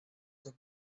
the